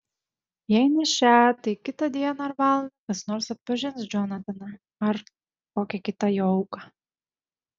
jei ne šią tai kitą dieną ar valandą kas nors atpažins džonataną ar kokią kitą jo auką